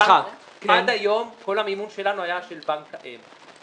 של בנק האם.